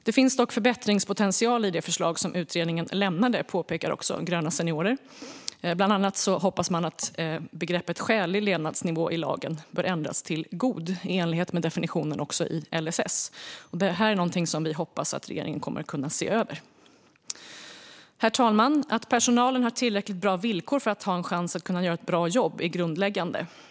Det finns dock förbättringspotential i det förslag som utredningen lämnade, påpekar också Gröna Seniorer. Bland annat hoppas man att begreppet skälig levnadsnivå i lagen ändras till god, i enlighet med definitionen i LSS. Det här är något som vi hoppas att regeringen kommer att se över. Herr talman! Att personalen har tillräckligt bra villkor för att ha en chans att göra ett bra jobb är grundläggande.